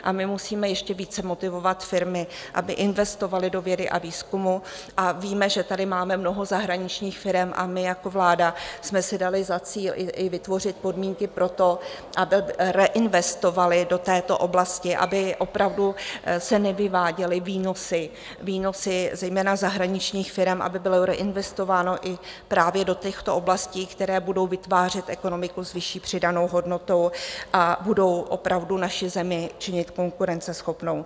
A my musíme ještě více motivovat firmy, aby investovaly do vědy a výzkumu, a víme, že tady máme mnoho zahraničních firem, a my jako vláda jsme si dali za cíl i vytvořit podmínky pro to, aby reinvestovaly do této oblasti, aby opravdu se nevyváděly výnosy zejména zahraničních firem, aby bylo reinvestováno i právě do těchto oblastí, které budou vytvářet ekonomiku s vyšší přidanou hodnotou a budou opravdu naši zemi činit konkurenceschopnou.